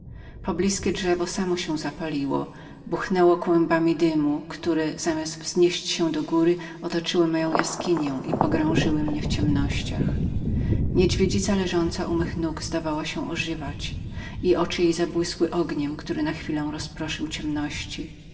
zgromadzać poblizkie drzewo samo się zapaliło buchnęło kłębami dymu które zamiast wznieść się do góry otoczyły moją jaskinię i pogrążyły mnie w ciemnościach niedźwiedzica leżąca u mych nóg zdawała się ożywiać i oczy jej zabłysły ogniem który na chwilę rozproszył ciemność